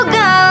go